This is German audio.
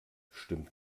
stimmt